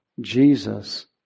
Jesus